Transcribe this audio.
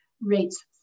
rates